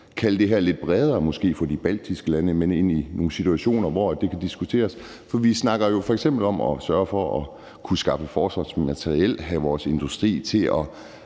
gøre det her lidt bredere og måske få de baltiske lande med ind i nogle situationer, hvor det kan diskuteres. For vi snakker jo f.eks. om at sørge for at kunne skaffe forsvarsmateriel og have vores industri til